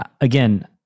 again